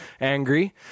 angry